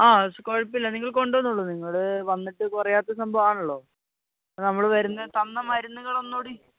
അ കുഴപ്പമില്ല നിങ്ങൾ കൊണ്ടുവന്നോളു നിങ്ങൾ വന്നിട്ട് കുറയാത്ത സംഭവാണല്ലോ നമ്മ വരുന്ന തന്ന മരുന്നുകൾ ഒന്നും കൂടി